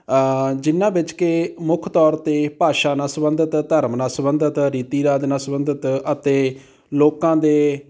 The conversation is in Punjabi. ਜਿਨ੍ਹਾਂ ਵਿੱਚ ਕਿ ਮੁੱਖ ਤੌਰ 'ਤੇ ਭਾਸ਼ਾ ਨਾਲ ਸੰਬੰਧਿਤ ਧਰਮ ਨਾਲ ਸੰਬੰਧਿਤ ਰੀਤੀ ਰਿਵਾਜ਼ ਨਾਲ ਸੰਬੰਧਿਤ ਅਤੇ ਲੋਕਾਂ ਦੇ